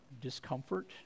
discomfort